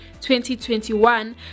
2021